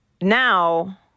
now